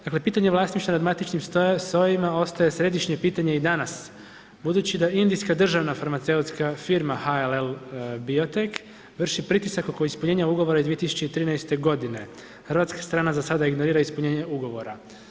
Dakle pitanje vlasništva nad matičnih sojevima ostaje središnje pitanje i danas budući da indijska državna farmaceutska firma HLL Biotech vrši pritisak oko ispunjenja ugovora iz 2013. godine, hrvatska strana za sada ignorira ispunjenje ugovora.